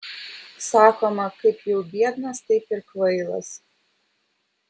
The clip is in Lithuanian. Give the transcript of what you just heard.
sakoma kaip jau biednas taip ir kvailas